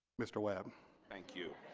mr. webb thank you